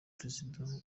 perezida